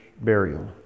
burial